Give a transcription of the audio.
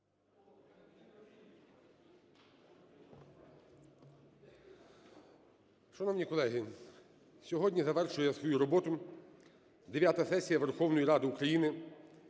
Шановні колеги! Сьогодні завершує свою роботу дев'ята сесія Верховної Ради України